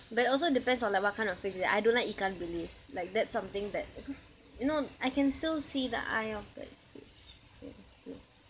but also depends on like what kind of fish is it I don't like ikan bilis like that's something that because you know I can still see the eye of that fish so